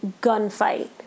gunfight